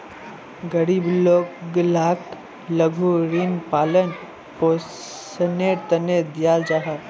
गरीब लोग लाक लघु ऋण पालन पोषनेर तने दियाल जाहा